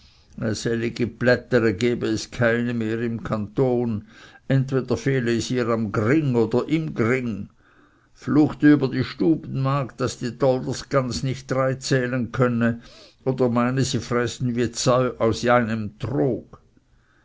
gebe es keine mehr im kanton entweder fehle es ihr am gring oder im gring fluchte über die stubenmagd daß die dolder gans nicht drei zählen könne oder meine sie fressen wie dsäu aus einem trog